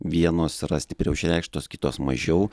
vienos yra stipriau išreikštos kitos mažiau